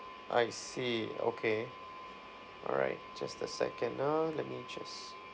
I see okay all right just a second ah let me just